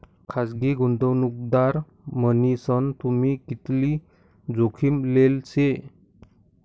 खासगी गुंतवणूकदार मन्हीसन तुम्ही कितली जोखीम लेल शे